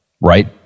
right